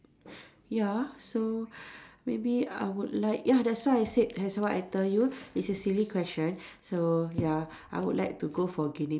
ya so maybe I would like ya that's why I said that's why I tell you this is silly question so ya I would like to go for guinea